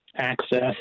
access